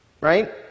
right